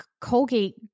Colgate